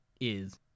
is-